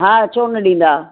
हा छो न ॾींदा